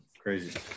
Crazy